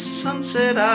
sunset